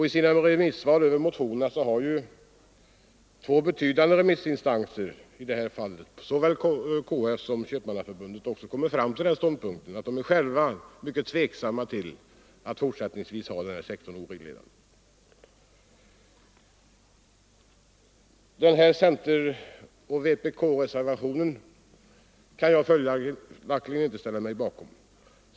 I sina yttranden över motionerna har också två betydande remissinstanser, nämligen KF och Köpmannaförbundet, ställt sig mycket tveksamma till att fortsättningsvis lämna detta område oreglerat. Center-vpk-reservationen kan jag inte ställa mig bakom.